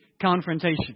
confrontation